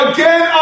Again